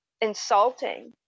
insulting